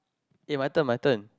eh my turn my turn